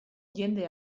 jende